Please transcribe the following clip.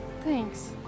Thanks